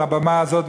על הבמה הזאת,